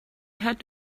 had